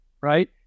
right